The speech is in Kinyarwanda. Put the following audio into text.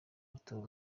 arthur